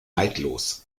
neidlos